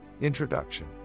Introduction